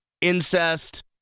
incest